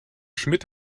schmidt